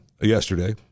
yesterday